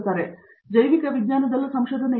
Satyanarayana N Gummadi ಜೈವಿಕ ವಿಜ್ಞಾನದಲ್ಲಿ ಸಂಶೋಧನೆ ಇದೆ